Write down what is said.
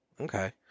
okay